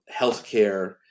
healthcare